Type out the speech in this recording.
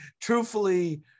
truthfully